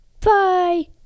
Bye